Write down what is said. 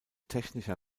technischer